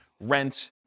rent